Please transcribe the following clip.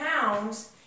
pounds